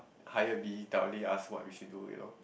higher being telling us what we should do you know